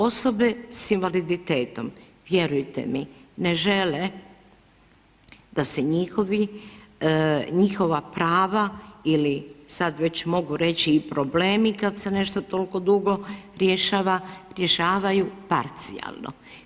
Osobe s invaliditetom, vjerujte mi, ne žele da se njihova prava ili sad već mogu reći i problemi kad se nešto tako dugo rješava rješavaju parcijalno.